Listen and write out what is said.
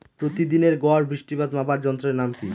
প্রতিদিনের গড় বৃষ্টিপাত মাপার যন্ত্রের নাম কি?